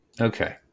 Okay